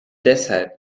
deshalb